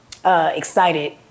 Excited